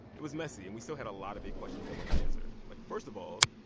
it was messy, and we still had a lot of big questions that went unanswered. like, first of all,